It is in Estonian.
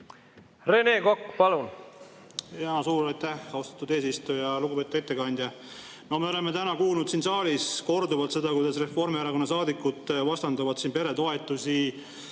Rene Kokk, palun! Suur aitäh, austatud eesistuja! Lugupeetud ettekandja! Me oleme täna kuulnud siin saalis korduvalt seda, kuidas Reformierakonna saadikud vastandavad peretoetusi